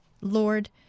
Lord